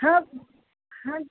হ্যাঁ হ্যাঁ